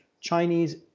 Chinese